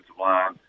line